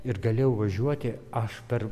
ir galėjau važiuoti aš per